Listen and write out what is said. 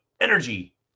energy